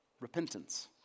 repentance